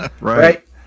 right